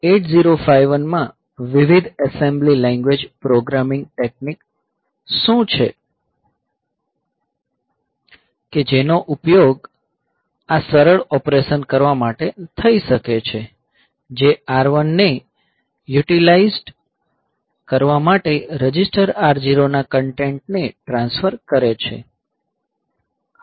8051 માં વિવિધ assembly language programming technique શું છે કે જેનો ઉપયોગ આ સરળ ઓપરેશન કરવા માટે થઈ શકે છે જે R1 ને યુટીલાઇઝ્ડ કરવા માટે રજીસ્ટર R0 ના કન્ટેન્ટને ટ્રાન્સફર કરે છે